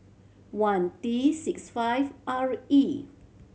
one T six five R E